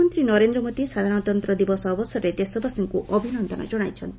ପ୍ରଧାନମନ୍ତ୍ରୀ ନରେନ୍ଦ୍ର ମୋଦି ସାଧାରଣତନ୍ତ ଦିବସ ଅବସରରେ ଦେଶବାସୀଙ୍କୁ ଅଭିନନ୍ଦନ ଜଣାଇଛନ୍ତି